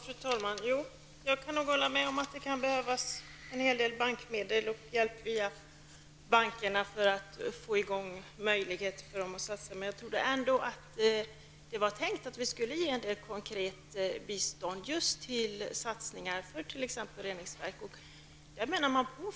Fru talman! Jag kan hålla med om att det kan behövas en hel del bankmedel och hjälp via bankerna för att ge de baltiska länderna möjlighet att satsa, men jag trodde ändå att det var tänkt att vi skulle ge en del konkret bistånd just till satsningar på exempelvis reningsverk.